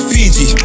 Fiji